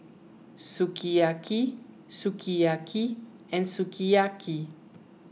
Sukiyaki Sukiyaki and Sukiyaki